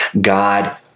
God